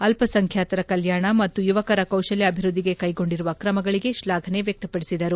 ಅಲ್ಲಸಂಖ್ಯಾತರ ಕಲ್ಡಾಣ ಮತ್ತು ಯುವಕರ ಕೌತಲ್ಲಾಭಿವೃದ್ದಿಗೆ ಕೈಗೊಂಡಿರುವ ಕ್ರಮಗಳಿಗೆ ಶ್ಲಾಘನೆ ವ್ಯಕ್ತಪಡಿಸಿದರು